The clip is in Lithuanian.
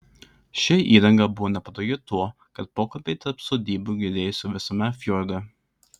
ši įranga buvo nepatogi tuo kad pokalbiai tarp sodybų girdėjosi visame fjorde